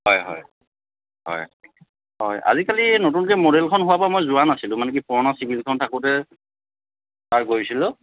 হয় হয় হয় হয় আজিকালি নতুনকৈ মডেলখন হোৱাৰপৰা মই যোৱা নাছিলোঁ মানে কি পুৰণা চিভিলখন থাকোঁতে এবাৰ গৈছিলোঁ